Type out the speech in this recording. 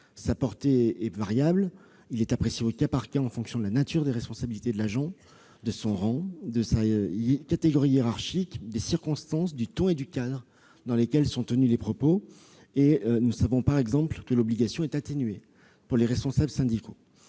Sa portée est variable. Il est apprécié, au cas par cas, en fonction de la nature des responsabilités de l'agent, de son rang, de sa catégorie hiérarchique, des circonstances, du ton et du cadre dans lesquels sont tenus les propos incriminés et nous savons, par exemple, que l'obligation est atténuée pour les responsables syndicaux.